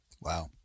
Wow